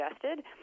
suggested